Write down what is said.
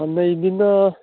ꯁꯟꯅꯩꯕꯤꯅ